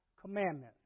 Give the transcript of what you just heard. commandments